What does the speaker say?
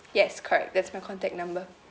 yes correct that's my contact number